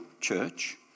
church